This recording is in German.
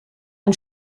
ein